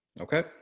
Okay